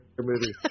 movie